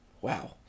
wow